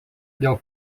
dėl